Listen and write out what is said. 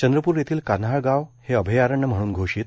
चंद्रपुर येथील कान्हाळ गाव हे अभयारण्य म्हणून घोषित